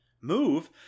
move